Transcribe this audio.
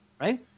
right